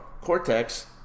cortex